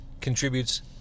contributes